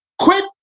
Quit